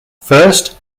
first